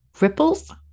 ripples